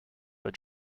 but